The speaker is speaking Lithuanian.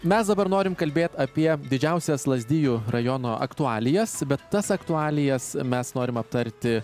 mes dabar norim kalbėt apie didžiausias lazdijų rajono aktualijas bet tas aktualijas mes norim aptarti